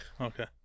Okay